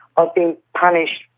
i've been punished.